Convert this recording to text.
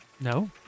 No